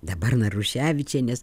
dabar naruševičienės